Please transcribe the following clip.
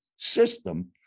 system